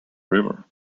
river